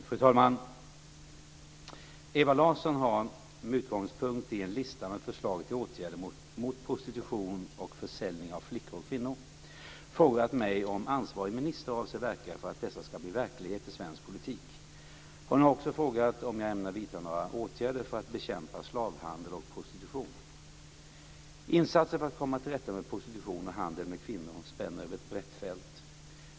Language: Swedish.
Fru talman! Ewa Larsson har, med utgångspunkt i en lista med förslag till åtgärder mot prostitution och försäljning av flickor och kvinnor, frågat mig om ansvarig minister avser verka för att dessa ska bli verklighet i svensk politik. Hon frågar också om jag ämnar vidta några andra åtgärder för att bekämpa slavhandel och prostitution. Insatser för att komma till rätta med prostitution och handel med kvinnor spänner över ett brett fält.